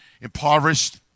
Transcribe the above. impoverished